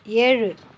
ஏழு